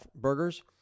Burgers